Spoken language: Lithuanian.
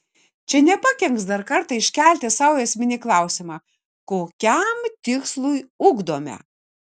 čia nepakenks dar kartą iškelti sau esminį klausimą kokiam tikslui ugdome